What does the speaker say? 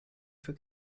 für